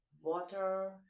water